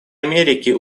америки